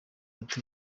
ati